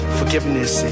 forgiveness